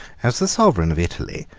as the sovereign of italy,